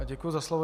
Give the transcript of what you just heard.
Děkuji za slovo.